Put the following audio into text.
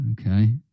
Okay